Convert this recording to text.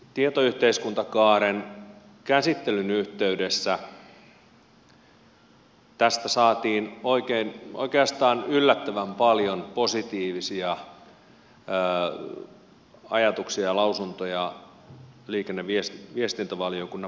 tietoyhteiskuntakaaren käsittelyn yhteydessä tästä saatiin oikeastaan yllättävän paljon positiivisia ajatuksia ja lausuntoja liikenne ja viestintävaliokunnan mietintöön